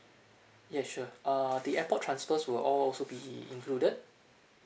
ya sure err the airport transfers will all also be included